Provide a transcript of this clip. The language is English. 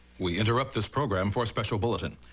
we interrupt this program for a special bulletin.